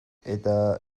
eta